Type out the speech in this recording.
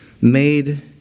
made